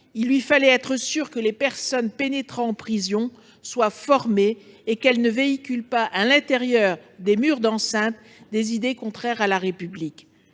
il lui fallait être sûr que les personnes pénétrant en prison soient formées et qu'elles ne véhiculent pas, à l'intérieur des murs d'enceinte, des idées contraires à la République.